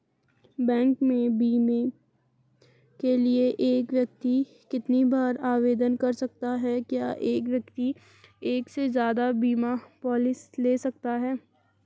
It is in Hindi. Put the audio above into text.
बैंक में बीमे के लिए एक व्यक्ति कितनी बार आवेदन कर सकता है क्या एक व्यक्ति एक से ज़्यादा बीमा पॉलिसी ले सकता है?